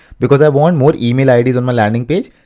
because i want more emails on my landing page,